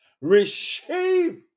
Receive